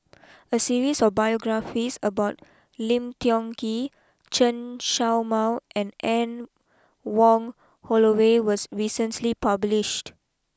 a series of biographies about Lim Tiong Ghee Chen show Mao and Anne Wong Holloway was recently published